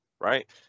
right